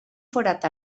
forat